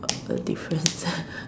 what's the difference